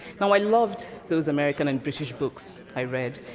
now, i loved those american and british books i read.